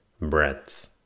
breadth